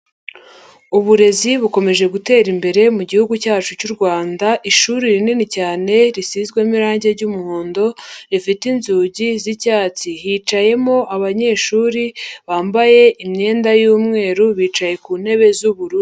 Uburezi bukomeje gutera imbere mu gihugu cyacu cy'u Rwanda, ishuri rinini cyane risizwemo irangi ry'umuhondo rifite inzugi z'icyatsi, hicayemo abanyeshuri bambaye imyenda y'umweru bicaye ku ntebe z'ubururu.